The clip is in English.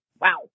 wow